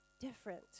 different